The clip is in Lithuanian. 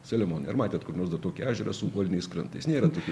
selemonai ar matėt kur nors dar tokį ežerą su uoliniais krantais nėra tokių